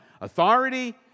Authority